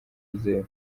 wizewe